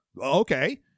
Okay